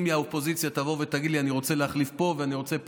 אם האופוזיציה תבוא ותגיד לי: אני רוצה להחליף פה ואני רוצה פה,